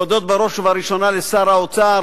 אני רוצה להודות בראש ובראשונה לשר האוצר,